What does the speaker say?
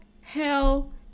hell